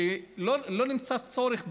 שלא נמצא צורך בהם,